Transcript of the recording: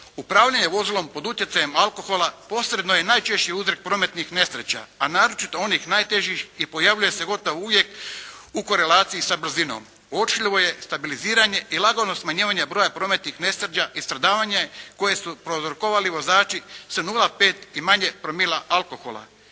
Upravljanje vozilom pod utjecajem alkohola posredno je najčešće uzrok prometnih nesreća, a naročito onih najtežih i pojavljuje se gotovo uvijek u koleracijom sa brzinom. Uočljivo je stabiliziranje i lagano smanjivanje broja prometnih nesreća i stradavanje koje su prouzrokovali vozači sa 0,5 i manje promila alkohola.